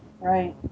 Right